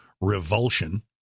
revulsion